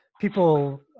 people